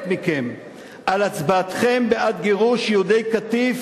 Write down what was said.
מכם על הצבעתכם בעד גירוש יהודי קטיף,